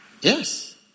Yes